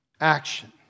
action